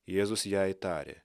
jėzus jai tarė